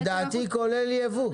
לדעתי זה כולל ייבוא.